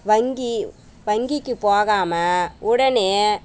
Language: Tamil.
வங்கி வங்கிக்கு போகாமல் உடனே